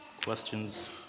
Questions